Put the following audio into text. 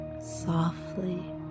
softly